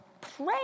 pray